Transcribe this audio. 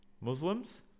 Muslims